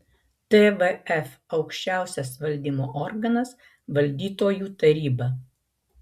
tvf aukščiausias valdymo organas valdytojų taryba